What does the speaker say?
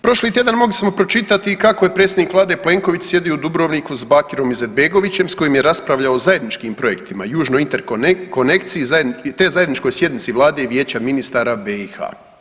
Prošli tjedan mogli smo pročitati i kako je predsjednik vlade Plenković sjedio u Dubrovniku s Bakirom Izetbegovićem s kojim je raspravljao o zajedničkim projektima Južnoj interkonekciji, te zajedničkoj sjednici vlade i vijeća ministara BiH.